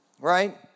right